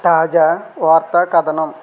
తాజా వార్తా కథనం